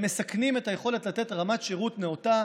הם מסכנים את היכולת לתת רמת שירות נאותה